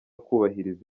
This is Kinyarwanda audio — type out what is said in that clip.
kubahiriza